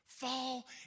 Fall